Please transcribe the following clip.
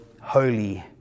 holy